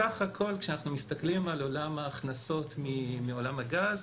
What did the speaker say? בסך הכול כשאנחנו מסתכלים על עולם ההכנסות מעולם הגז.